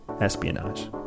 Espionage